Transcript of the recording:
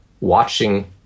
watching